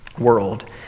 world